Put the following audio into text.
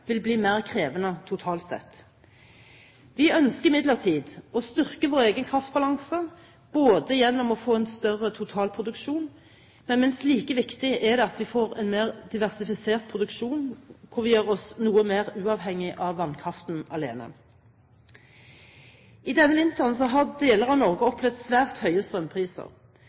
vil bli mer krevende totalt sett. Vi ønsker imidlertid å styrke vår egen kraftbalanse gjennom å få en større totalproduksjon, men minst like viktig er det at vi får en mer diversifisert produksjon, hvor vi gjør oss noe mer uavhengig av vannkraften alene. I denne vinteren har deler av Norge opplevd svært høye strømpriser.